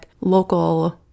local